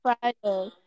Friday